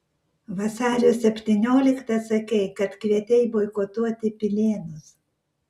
vasario septynioliktą sakei kad kvietei boikotuoti pilėnus